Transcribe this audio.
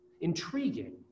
Intriguing